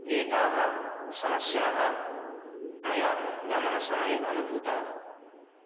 एताः समस्याः मया गमनसमये अनुभूता